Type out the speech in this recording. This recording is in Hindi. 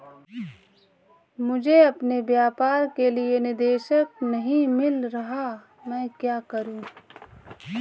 मुझे अपने व्यापार के लिए निदेशक नहीं मिल रहा है मैं क्या करूं?